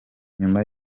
nyuma